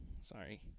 Sorry